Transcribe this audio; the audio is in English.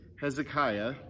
hezekiah